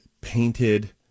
painted